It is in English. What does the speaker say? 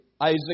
Isaac